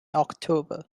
october